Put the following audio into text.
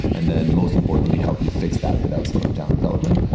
and then most importantly, help you fix that without slowing down development,